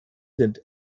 sind